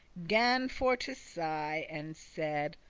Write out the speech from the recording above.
gan for to sigh, and said,